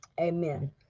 Amen